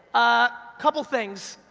ah couple things,